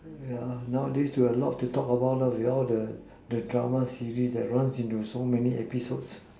yeah nowadays you have a lot to talk about with all the the drama series that runs into so many episodes